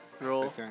Roll